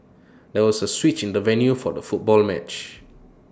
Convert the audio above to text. there was A switch in the venue for the football match